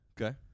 Okay